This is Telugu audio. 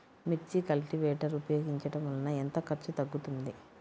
మిర్చి కల్టీవేటర్ ఉపయోగించటం వలన ఎంత ఖర్చు తగ్గుతుంది?